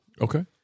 Okay